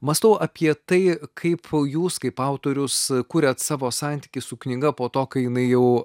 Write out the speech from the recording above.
mąstau apie tai kaip jūs kaip autorius kuriat savo santykį su knyga po to kai jinai jau